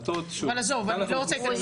אבל עזוב אני לא רוצה להיכנס לזה.